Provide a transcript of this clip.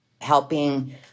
helping